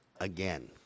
again